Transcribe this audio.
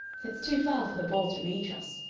it's too far for the ball to reach us,